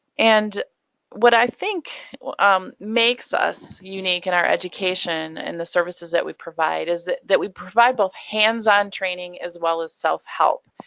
and what i think um makes us unique in our education and the services that we provide, is that that we provide both hands-on training as well as self-help.